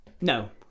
No